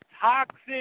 toxic